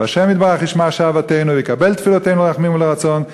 וד' יתברך ישמע שוועתנו ויקבל תפילותינו לרחמים ולרצון,